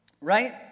right